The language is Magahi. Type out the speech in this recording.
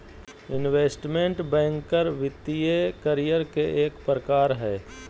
इन्वेस्टमेंट बैंकर वित्तीय करियर के एक प्रकार हय